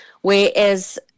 whereas